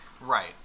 Right